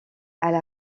elle